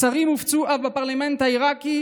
מסרים הופצו אף בפרלמנט העיראקי,